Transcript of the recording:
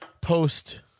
Post